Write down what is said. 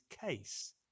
case